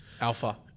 Alpha